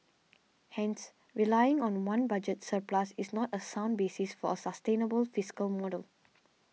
hence relying on one budget surplus is not a sound basis for a sustainable fiscal model